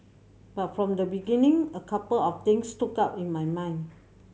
but from the beginning a couple of things stood out in my mind